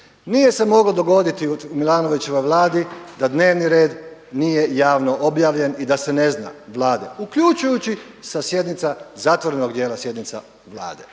Nije se moglo dogoditi u Milanovićevoj Vladi da dnevni red nije javno objavljen i da se ne zna Vlade uključujući sa sjednica zatvorenog dijela sjednica Vlade.